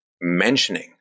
mentioning